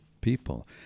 people